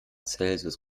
celsius